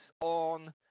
on